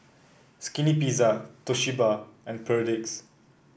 Skinny Pizza Toshiba and Perdix